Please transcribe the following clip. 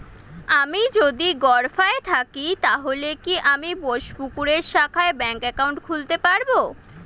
আমি যদি গরফায়ে থাকি তাহলে কি আমি বোসপুকুরের শাখায় ব্যঙ্ক একাউন্ট খুলতে পারবো?